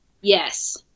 Yes